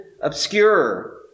obscure